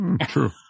True